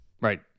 Right